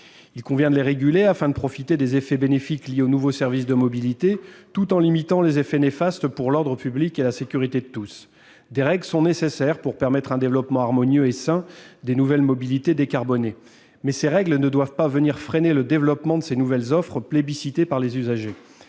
Il convient de la réguler, afin de profiter des effets bénéfiques liés aux nouveaux services de mobilité tout en limitant les effets néfastes pour l'ordre public et la sécurité de tous. Des règles sont nécessaires pour permettre un développement harmonieux et sain des nouvelles mobilités décarbonées, mais ces règles ne doivent pas venir freiner le développement de ces nouvelles offres, plébiscitées par les usagers.